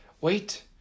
Wait